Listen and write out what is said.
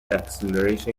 acceleration